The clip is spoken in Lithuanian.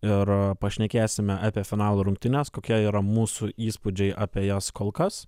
ir pašnekėsime apie finalo rungtynes kokie yra mūsų įspūdžiai apie jas kol kas